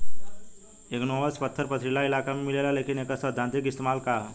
Igneous पत्थर पथरीली इलाका में मिलेला लेकिन एकर सैद्धांतिक इस्तेमाल का ह?